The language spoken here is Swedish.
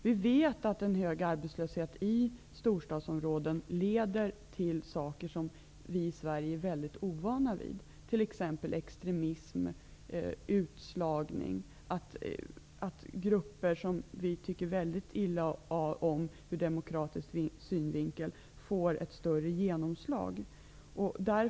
Vi vet att en stor arbetslöshet i storstadsområden leder till saker som vi i Sverige är väldigt ovana vid, t.ex. extremism och utslagning, att grupper som vi tycker väldigt illa om ur demokratisk synvinkel får ett större genomslag för sina idéer.